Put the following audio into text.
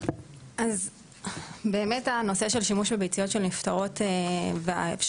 אז באמת הנושא של שימוש בביציות של נפטרות באפשרות